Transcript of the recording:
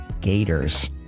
gators